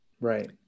Right